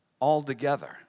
altogether